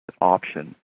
option